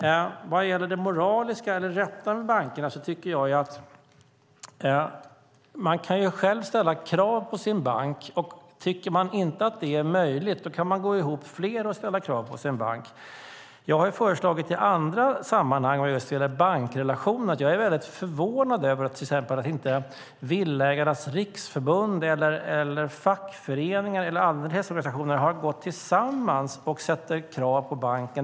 När det gäller det moraliskt rätta med bankerna tycker jag att man själv kan ställa krav på sin bank. Tycker man inte att det är möjligt som enskild kan man gå ihop flera och göra det. Jag har i andra sammanhang framhållit att jag är väldigt förvånad över att inte till exempel Villaägarnas Riksförbund, fackföreningar eller andra intresseorganisationer har gått samman och ställer krav på banken.